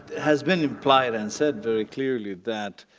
has been implied and said very clearly that